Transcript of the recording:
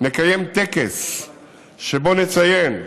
נקיים טקס שבו נציין,